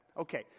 Okay